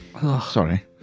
Sorry